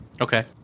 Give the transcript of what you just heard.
Okay